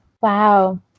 wow